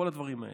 כל הדברים האלה.